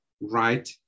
right